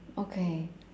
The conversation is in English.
okay